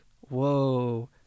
whoa